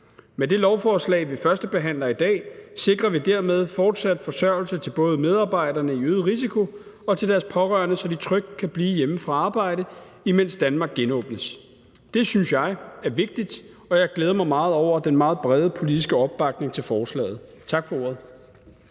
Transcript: Med det lovforslag, vi førstebehandler i dag, sikrer vi dermed fortsat forsørgelse til både medarbejderne med øget risiko og deres pårørende, så de trygt kan blive hjemme fra arbejde, imens Danmark genåbnes. Det synes jeg er vigtigt, og jeg glæder mig meget over den meget brede politiske opbakning til forslaget. Tak for ordet.